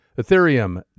Ethereum